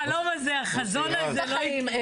החלום הזה, החזון הזה לא יקרה.